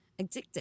addictive